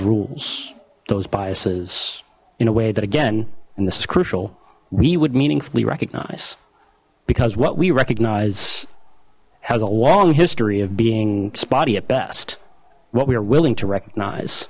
rules those biases in a way that again and this is crucial we would meaningfully recognize because what we recognize has a long history of being spotty at best what we are willing to recognize